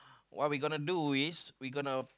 what we gonna do is we gonna